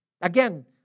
Again